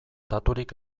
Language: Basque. daturik